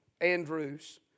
Andrews